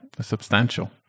substantial